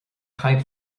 caint